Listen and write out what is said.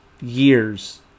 years